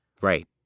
Right